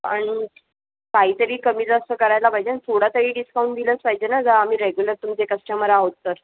आणि काहीतरी कमीजास्त करायला पाहिजे थोडा तरी डिस्काउंट दिलंच पाहिजे ना जर आम्ही रेग्युलर तुमचे कस्टमर आहोत तर